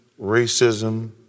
racism